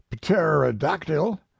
pterodactyl